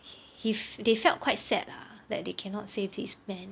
he fee~ they felt quite sad lah that they cannot save this man